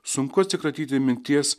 sunku atsikratyti minties